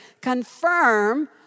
confirm